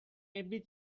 every